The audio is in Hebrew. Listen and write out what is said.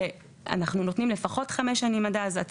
ואנחנו נותנים לפחות חמש שנים עד אז.